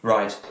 Right